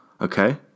okay